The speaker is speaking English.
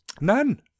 None